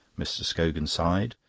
mr. scogan sighed.